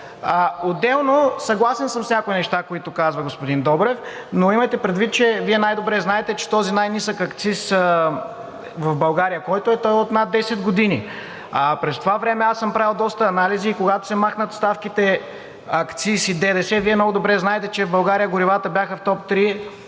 Отделно, съгласен съм с някои неща, които казва господин Добрев, но имайте предвид, че Вие най-добре знаете, че този най нисък акциз в България, който е, той е от над 10 години, а през това време аз съм правил доста анализи и когато се махнат ставките акциз и ДДС, Вие много добре знаете, че в България горивата бяха в топ 3